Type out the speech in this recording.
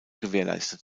gewährleistet